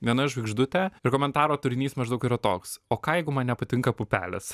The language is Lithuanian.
viena žvaigždutė ir komentaro turinys maždaug yra toks o ką jeigu man nepatinka pupelės